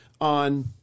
on